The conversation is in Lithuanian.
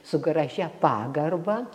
su gražia pagarba